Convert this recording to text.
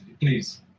please